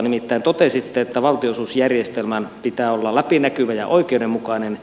nimittäin totesitte että valtionosuusjärjestelmän pitää olla läpinäkyvä ja oikeudenmukainen